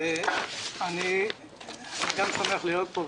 אני שמח להיות פה.